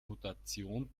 mutation